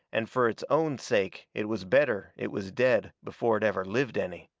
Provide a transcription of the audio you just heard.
and fur its own sake it was better it was dead before it ever lived any.